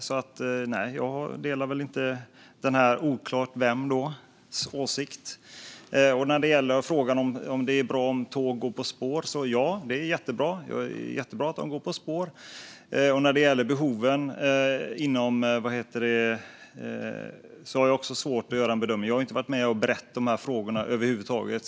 Så nej, jag delar inte den åsikten, vems det nu är. När det gäller frågan om det är bra att tåg går på spår är det jättebra att de gör det. Och när det gäller behoven har jag svårt att göra en bedömning. Jag har inte varit med och berett dessa frågor över huvud taget.